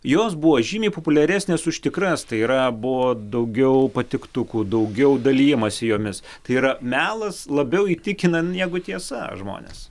jos buvo žymiai populiaresnės už tikras tai yra buvo daugiau patiktukų daugiau dalijamasi jomis tai yra melas labiau įtikina negu tiesa žmones